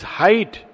height